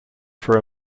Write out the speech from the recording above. for